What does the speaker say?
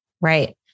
Right